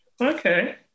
okay